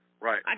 Right